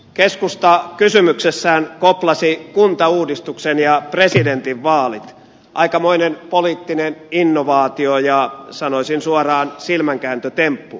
keskusta kysymyksessään koplasi kuntauudistuksen ja presidentinvaalit aikamoinen poliittinen innovaatio ja sanoisin suoraan silmänkääntötemppu